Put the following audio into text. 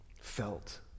felt